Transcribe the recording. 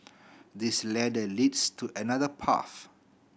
this ladder leads to another path